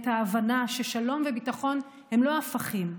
את ההבנה ששלום וביטחון הם לא הפכים.